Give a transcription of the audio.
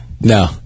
No